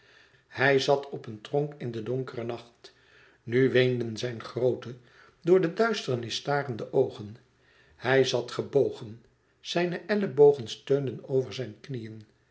hij zat op een tronk in de donkere nacht nu weenden zijn groote door de duisternis starende oogen hij zat gebogen zijne ellebogen steunden over zijn knieën